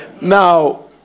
Now